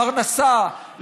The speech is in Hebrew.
פרנסה,